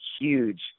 huge